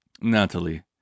Natalie